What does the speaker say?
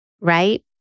right